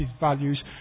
values